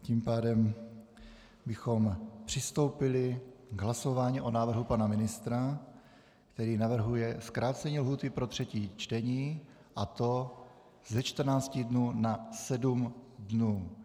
Tím pádem bychom přistoupili k hlasování o návrhu pana ministra, který navrhuje zkrácení lhůty pro třetí čtení, a to ze 14 dnů na 7 dnů.